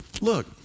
Look